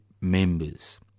members